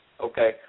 Okay